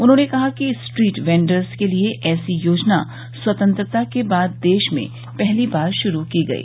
उन्होंने कहा कि स्ट्रीट वेंडर्स के लिए ऐसी योजना स्वतंत्रता के बाद देश में पहली बार शुरू की गई